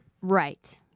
Right